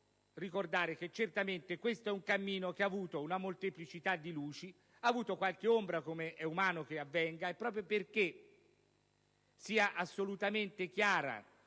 ricordare che certamente questo è un cammino che ha avuto una molteplicità di luci, ha avuto qualche ombra, com'è umano che avvenga. Proprio perché sia assolutamente chiara